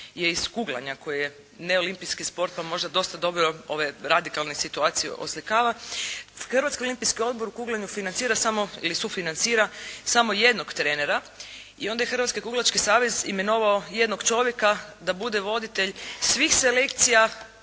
iz kuglanja koje je neolimpijski sport pa možda dosta dobro ove radikalne situacije oslikava. Hrvatski olimpijski odbor u kuglanju financira ili sufinancira samo jednog trenera i onda je Hrvatski kuglački savez imenovao jednog čovjeka da bude voditelj svih selekcija